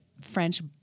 French